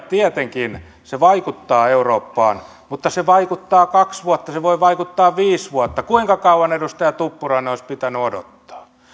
tietenkin se vaikuttaa eurooppaan mutta se vaikuttaa kaksi vuotta se voi vaikuttaa viisi vuotta kuinka kauan edustaja tuppurainen olisi pitänyt odottaa